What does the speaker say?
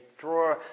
draw